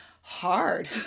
hard